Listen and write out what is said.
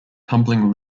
tumbling